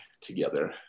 together